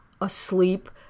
asleep